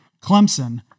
Clemson